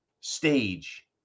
stage